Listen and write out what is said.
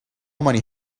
many